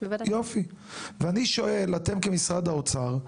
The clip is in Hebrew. יופי ואני שואל, אתם כמשרד האוצר,